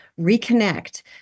reconnect